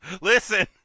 Listen